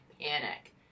panic